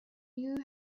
new